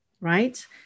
right